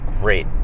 great